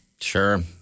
Sure